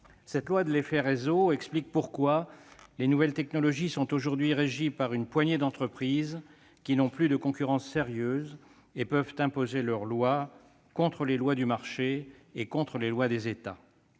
Cette loi de l'effet réseau explique pourquoi les nouvelles technologies sont aujourd'hui régies par une poignée d'entreprises qui n'ont plus de concurrence sérieuse et peuvent imposer leurs lois contre les lois du marché et celles des États.